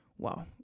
wow